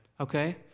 okay